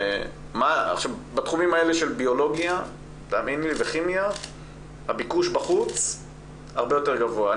בתחומים האלה של ביולוגיה וכימיה הביקוש בחוץ הרבה יותר גבוה.